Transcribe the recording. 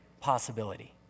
possibility